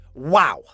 Wow